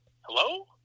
hello